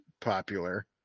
popular